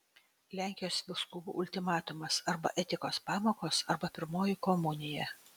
lenkijos vyskupų ultimatumas arba etikos pamokos arba pirmoji komunija